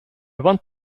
want